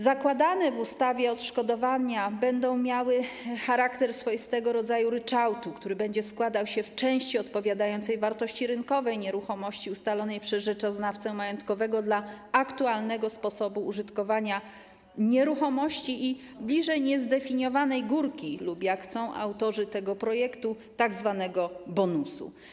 Zakładane w ustawie odszkodowania będą miały charakter swoistego rodzaju ryczałtu, który będzie składał się w części odpowiadającej wartości rynkowej nieruchomości ustalonej przez rzeczoznawcę majątkowego dla aktualnego sposobu użytkowania nieruchomości i bliżej niezdefiniowanej górki lub - jak chcą autorzy tego projektu - tzw. bonusu.